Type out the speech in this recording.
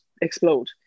explode